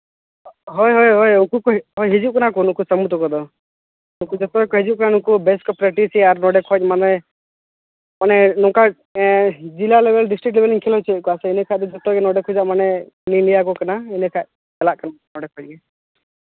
ᱦᱚᱭ ᱦᱳᱭ ᱩᱱᱠᱩ ᱠᱚ ᱦᱳᱭ ᱦᱤᱡᱩᱜ ᱠᱟᱱᱟ ᱠᱚ ᱱᱩᱠᱩ ᱥᱟᱹᱢᱩ ᱛᱟᱠᱚ ᱫᱚ ᱱᱩᱠᱩ ᱜᱮᱠᱚ ᱦᱤᱡᱩᱜ ᱠᱟᱱ ᱱᱩᱠᱩ ᱵᱮᱥ ᱠᱚ ᱯᱨᱮᱠᱴᱤᱥ ᱮᱜᱼᱟ ᱟᱨ ᱱᱚᱸᱰᱮ ᱠᱷᱚᱡ ᱢᱟᱱᱮ ᱢᱟᱱᱮ ᱱᱚᱝᱠᱟ ᱡᱮᱞᱟ ᱞᱮᱵᱮᱞ ᱰᱤᱥᱴᱤᱠ ᱞᱮᱵᱮᱞ ᱤᱧ ᱠᱷᱮᱞ ᱦᱚᱪᱚᱭᱮᱫ ᱠᱚᱣᱟ ᱥᱮ ᱮᱸᱰᱮᱠᱷᱟᱡ ᱫᱚ ᱡᱷᱚᱛᱚᱜᱮ ᱱᱚᱸᱰᱮ ᱠᱚ ᱦᱤᱡᱩᱜᱼᱟ ᱢᱟᱱᱮ ᱱᱩᱭᱮ ᱞᱟᱹᱭ ᱟᱠᱚ ᱠᱟᱱᱟ ᱮᱸᱰᱮᱠᱷᱟᱱ ᱪᱟᱞᱟᱜ ᱠᱟᱱᱟ ᱱᱚᱸᱰᱮ ᱠᱷᱚᱡ ᱜᱮ